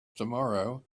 tomorrow